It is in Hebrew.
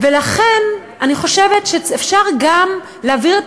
לכן אני חושבת שאפשר גם להעביר את